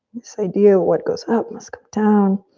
this idea of what goes up must come down,